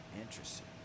Interesting